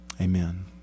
Amen